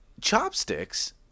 Chopsticks